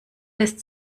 lässt